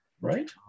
right